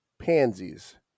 pansies